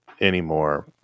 anymore